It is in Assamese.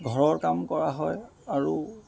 ঘৰৰ কাম কৰা হয় আৰু